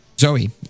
Zoe